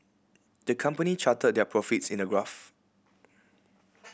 the company charted their profits in a graph